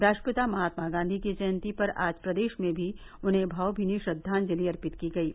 राष्ट्रपिता महात्मा गांधी की जयंती पर आज प्रदेश में भी उन्हें भावमीनी श्रद्वांलिज अर्पित की गयी